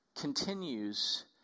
continues